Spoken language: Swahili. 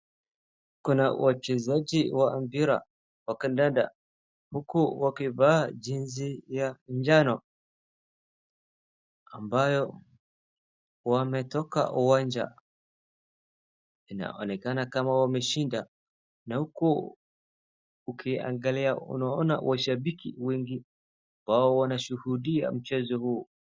Kuna wachezaji wa mpira wa kandanda. Huku wakivaa jezi ya njano ambayo wametoka uwanja. Inaonekana kama wameshinda na huku ukiangalia unaona washabiki wengi ambao wanashuhudia mchezo huu.